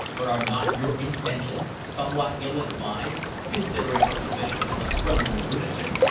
but are not your intentions somewhat ill-advised considering her position as a criminal lunatic?